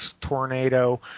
tornado